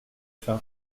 faim